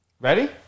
Ready